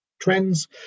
trends